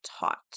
taught